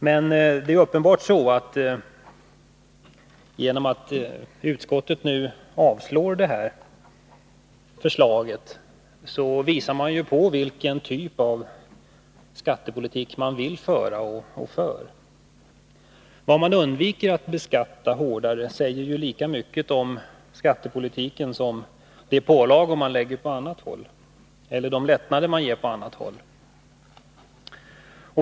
Men det är uppenbart så att utskottet genom att avstyrka detta förslag visar vilken typ av skattepolitik man vill föra och för. Vad man undviker att beskatta hårdare säger ju lika mycket om skattepolitiken som de pålagor som man lägger på och de lättnader man inför på andra håll.